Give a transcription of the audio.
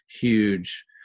huge